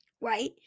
right